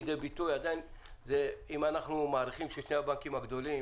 אם אנחנו מעריכים ששני הבנקים הגדולים,